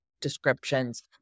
descriptions